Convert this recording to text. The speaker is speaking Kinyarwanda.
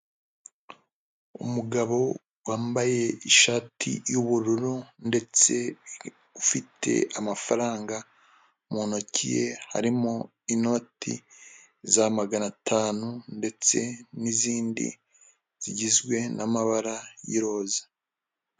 Umugabo wambaye ishati y'ubururu ndetse afite amafaranga mu ntoki he harimo inoti za magana atanu ndetse n'izindi zigizwe n'amabara y'iroza.